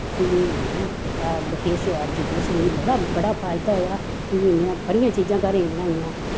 कि भाई हैं किश अज्ज किश मिगी मड़ा बड़ा फायदा होआ क्योंकि में बड़ियां चीजां घरे दियां बनाइयां